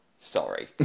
Sorry